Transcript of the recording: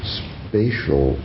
spatial